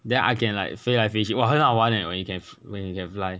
then I can like 飞来飞去 !wah! 很好玩 leh when you can fl~ when you can fly